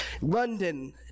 London